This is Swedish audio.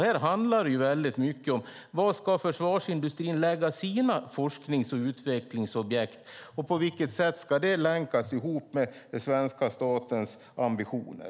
Här handlar det mycket om var försvarsindustrin ska lägga sina forsknings och utvecklingsobjekt och om på vilket sätt detta ska länkas till den svenska statens ambitioner.